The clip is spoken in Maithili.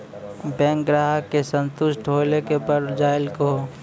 बैंक ग्राहक के संतुष्ट होयिल के बढ़ जायल कहो?